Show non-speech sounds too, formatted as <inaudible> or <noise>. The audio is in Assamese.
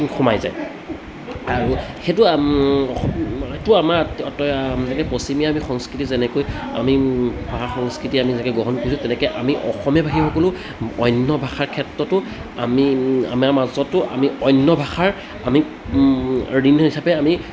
সোমাই যায় আৰু সেইটো <unintelligible> আমাৰ <unintelligible> পশ্চিমীয়া আমি সংস্কৃতি যেনেকৈ আমি ভাষা সংস্কৃতি আমি যেনেকৈ গ্ৰহণ কৰিছোঁ তেনেকৈ আমি অসমীয়া ভাষীসকলো অন্য ভাষাৰ ক্ষেত্ৰতো আমি আমাৰ মাজতো আমি অন্য ভাষাৰ আমি ঋণ হিচাপে আমি